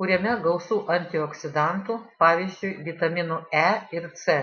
kuriame gausu antioksidantų pavyzdžiui vitaminų e ir c